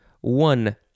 one